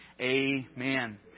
Amen